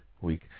week